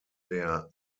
der